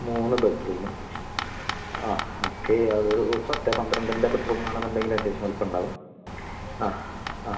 മൂന്ന് ബെഡ്റൂമ് ആ ഓക്കെ അതൊരു പത്ത് പന്ത്രണ്ടിൻ്റ ബെഡ്റൂമാണെന്ന് ഉണ്ടെങ്കിൽ അത്യാവശ്യം വലുപ്പം ഉണ്ടാവും ആ ആ